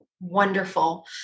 Wonderful